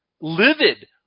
livid